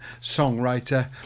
songwriter